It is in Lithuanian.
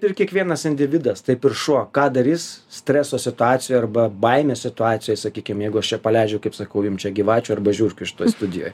ir kiekvienas individas taip ir šuo ką darys streso situacijoj arba baimės situacijoj sakykim jeigu aš čia paleidžiu kaip sakau jum čia gyvačių arba žiurkių šitoj studijoj